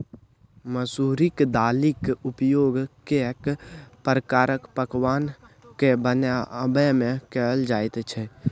मसुरिक दालिक उपयोग कैक प्रकारक पकवान कए बनेबामे कएल जाइत छै